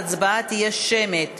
ההצבעה תהיה שמית.